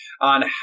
on